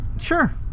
sure